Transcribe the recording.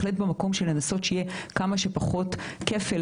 אבל אנחנו בהחלט במקום של לנסות שיהיה כמה שפחות כפל,